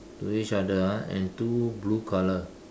to each other ah and two blue colour